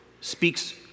speaks